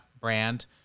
brand